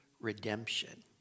redemption